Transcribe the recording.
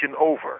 over